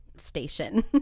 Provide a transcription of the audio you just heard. station